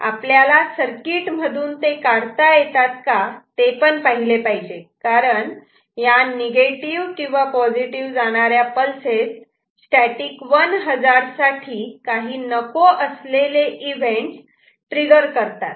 आपल्याला सर्किट मधून ते काढता येतात का ते पण पाहिले पाहिजे कारण या निगेटिव्ह किंवा पॉझिटिव्ह जाणाऱ्या पल्सेस स्टॅटिक 1 हजार्ड साठी काही नको असलेले ले इव्हेंट्स ट्रिगर करतात